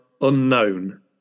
unknown